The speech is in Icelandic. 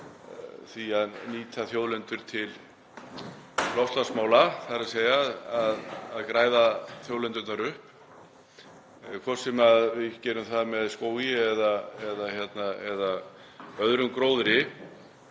því að nýta þjóðlendur til loftslagsmála, þ.e. að græða þjóðlendurnar upp, hvort sem við gerum það með skógi eða öðrum gróðri,